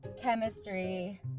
chemistry